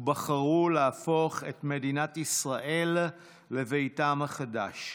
ובחרו להפוך את מדינת ישראל לביתם החדש.